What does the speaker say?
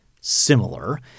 similar